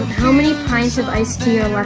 how many pints of iced tea are